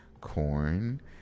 corn